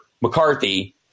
McCarthy